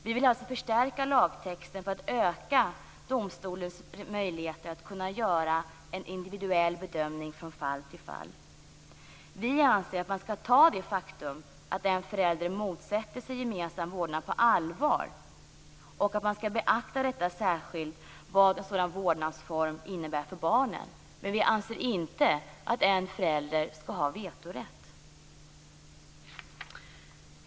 Vi vill alltså förstärka lagtexten för att öka domstolens möjligheter att göra en individuell bedömning från fall till fall. Vi anser att man skall ta det faktum att en förälder motsätter sig gemensam vårdnad på allvar och att man särskilt skall beakta vad en sådan vårdnadsform innebär för barnen. Men vi anser inte att en förälder skall ha vetorätt.